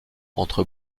entre